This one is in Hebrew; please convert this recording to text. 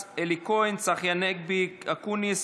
חיים כץ, אלי כהן, צחי הנגבי, אופיר אקוניס,